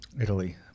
Italy